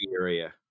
area